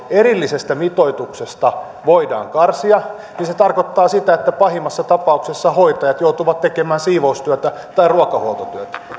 erillisestä mitoituksesta voidaan karsia se tarkoittaa sitä että pahimmassa tapauksessa hoitajat joutuvat tekemään siivoustyötä tai ruokahuoltotyötä